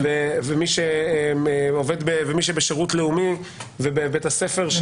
מי שבשירות לאומי ובבית הספר,